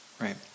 Right